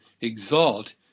exalt